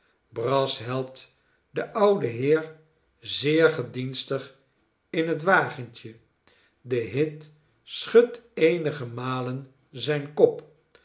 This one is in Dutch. brass helpt den ouden heer zeer gedienstig in het wagentje de hit schudt eenige malen zijn kop